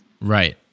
right